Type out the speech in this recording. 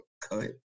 cut